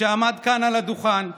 שעמד כאן על הדוכן,